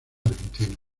argentina